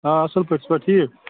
آ اَصٕل پٲٹھۍ ژٕ چھُکھا ٹھیٖک